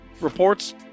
reports